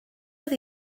oedd